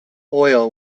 oil